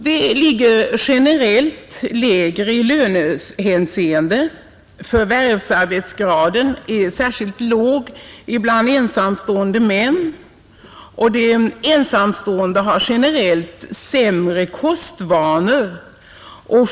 De ligger generellt lägre i lönehänseende, förvärvsarbetsgraden är särskilt låg bland ensamstående män och ensamstående har sämre kostvanor.